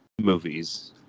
movies